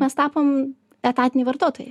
mes tapom etatiniai vartotojai